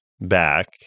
back